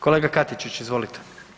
Kolega Katičić izvolite.